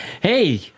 Hey